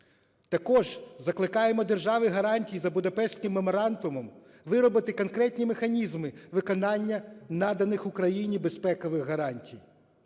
Також закликаємо держави-гаранти за Будапештським меморандумом виробити конкретні механізми виконання наданих Україні безпекових гарантій,